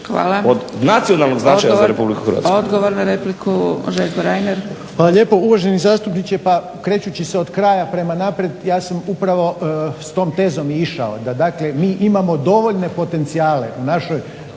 Hvala. Odgovor na repliku Željko Reiner. **Reiner, Željko (HDZ)** Hvala lijepo uvaženi zastupniče. Pa krećući se od kraja prema naprijed ja sam upravo s tom tezom i išao, da dakle mi imamo dovoljne potencijale u našoj